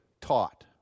taught